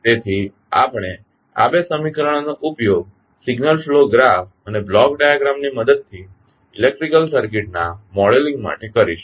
તેથી આપણે આ બે સમીકરણોનો ઉપયોગ સિગ્નલ ફ્લો ગ્રાફ અને બ્લોક ડાયાગ્રામ ની મદદથી ઇલેક્ટ્રિકલ સર્કિટના મોડેલિંગ માટે કરીશું